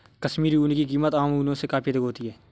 कश्मीरी ऊन की कीमत आम ऊनों से काफी अधिक होती है